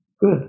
Good